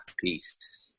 peace